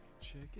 Chicken